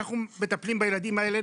אנחנו מטפלים בילדים האלה,